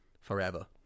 forever